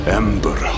ember